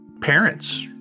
parents